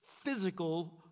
physical